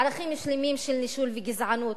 בערכים שלמים של נישול וגזענות.